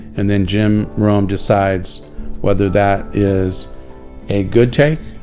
and then jim rome decides whether that is a good take,